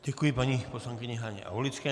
Děkuji paní poslankyni Haně Aulické.